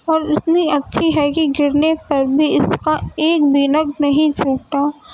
اور اتنی اچھی ہے کہ گرنے پر بھی اس کا ایک بھی نگ نہیں چھوٹتا